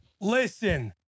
Listen